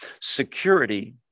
security